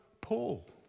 Paul